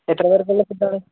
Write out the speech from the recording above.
എത്ര പേർക്കുള്ള ഫുഡാണ്